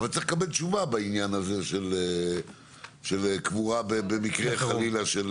אבל צריך לקבל תשובה בעניין הזה של קבורה במקרה חלילה.